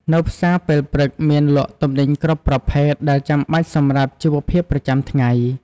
នៅផ្សារពេលព្រឹកមានលក់ទំនិញគ្រប់ប្រភេទដែលចាំបាច់សម្រាប់ជីវភាពប្រចាំថ្ងៃ។